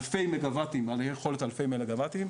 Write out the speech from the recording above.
אלפי מגה וואטים, יכולת של אלפי מגה וואטים.